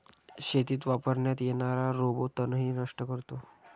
शेतीत वापरण्यात येणारा रोबो तणही नष्ट करतो